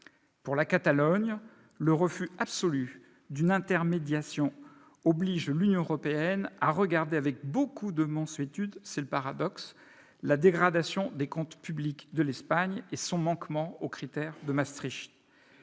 Pour la Catalogne, le refus absolu d'une intermédiation oblige l'Union européenne à regarder avec beaucoup de mansuétude la dégradation des comptes publics de l'Espagne et son manquement aux critères de Maastricht.